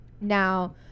now